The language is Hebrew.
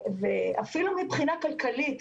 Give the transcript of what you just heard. אפילו מבחינה כלכלית,